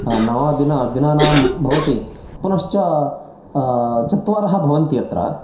नव दिन दिनानां भवति पूनश्च चत्वारः भवन्ति अत्र